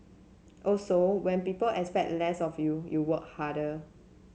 also when people expect less of you you work harder